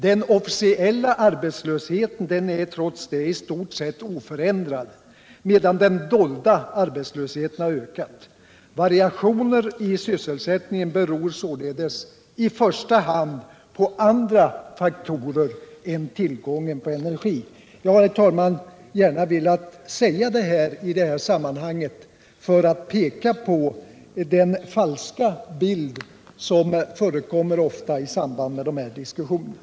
Den officiella arbetslösheten är trots det i stort sett oförändrad, medan den dolda arbetslösheten har ökat. Variationer i sysselsättningen beror således i första hand på andra faktorer än tillgången på energi. Jag har, herr talman, gärna velat säga detta i det här sammanhanget för att peka på den falska bild som ofta förekommer i diskussioner om energifrågorna.